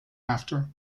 after